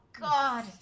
God